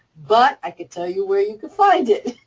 but i can tell you where you can find it.